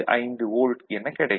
25 volt என கிடைக்கும்